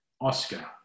Oscar